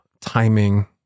timing